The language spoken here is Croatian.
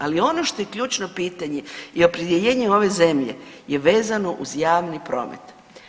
Ali ono što je ključno pitanje i opredijeljene ove zemlje je vezano uz javni promet.